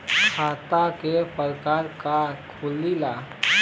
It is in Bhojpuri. खाता क प्रकार के खुलेला?